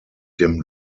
dem